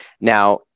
Now